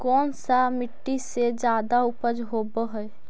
कोन सा मिट्टी मे ज्यादा उपज होबहय?